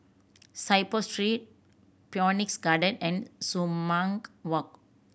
Saiboo Street Phoenix Garden and Sumang Walk